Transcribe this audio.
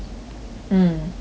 um ya lor